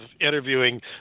interviewing